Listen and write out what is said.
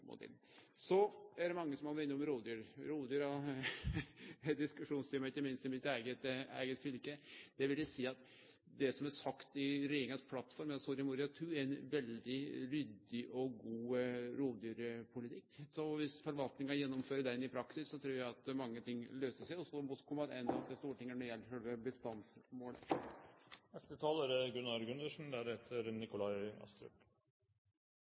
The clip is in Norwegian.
Så er det mange som har vore innom rovdyr. Rovdyr er eit diskusjonstema ikkje minst i mitt eige fylke. Der vil eg seie at det som står i regjeringas plattform, Soria Moria II, er ein veldig ryddig og god rovdyrpolitikk. Så dersom forvaltinga gjennomfører den i praksis, trur eg at mange ting løyser seg. Og så må vi kome attende til Stortinget når det